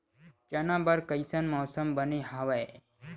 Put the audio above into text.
चना बर कइसन मौसम बने हवय?